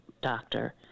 doctor